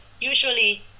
usually